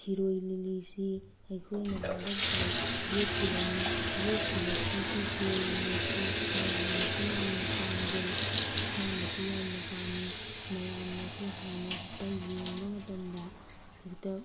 ꯁꯤꯔꯣꯏ ꯂꯤꯂꯤꯁꯤ ꯑꯩꯈꯣꯏꯅ ꯍꯟꯗꯛꯇ ꯌꯦꯛꯈꯤꯕꯅꯤ ꯌꯦꯛꯈꯤꯕꯁꯤꯒꯤ ꯁꯤꯔꯣꯏ ꯂꯤꯂꯤꯁꯤ ꯃꯌꯥꯝꯅꯁꯨ ꯌꯥꯝꯅ ꯄꯥꯝꯖꯩ ꯏꯁꯥꯅꯁꯨ ꯌꯥꯝꯅ ꯄꯥꯝꯃꯤ ꯃꯌꯥꯝꯅꯁꯨ ꯍꯥꯟꯅ ꯍꯦꯛꯇ ꯌꯦꯡꯕ ꯃꯇꯝꯗ ꯍꯦꯛꯇ